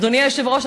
אדוני היושב-ראש,